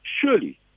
Surely